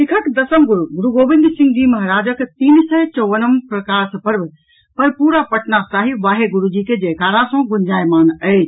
सिखक दसम गुरू गुरूगोविंद सिंह जी महाराजक तीन सय चौवनम प्रकाश पर्व पर पूरा पटना साहिब वाहे गुरू जी कें जयकारा सँ गुंजायमान अछि